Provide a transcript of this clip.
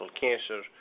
cancer